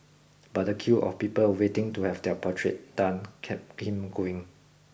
but the queue of people waiting to have their portrait done kept him going